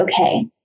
okay